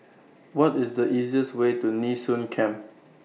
What IS The easiest Way to Nee Soon Camp